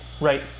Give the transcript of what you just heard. Right